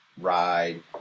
ride